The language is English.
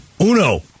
Uno